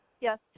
Yes